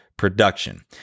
production